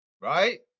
Right